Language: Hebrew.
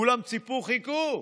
כולם ציפו, חיכו,